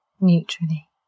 neutrally